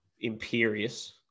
imperious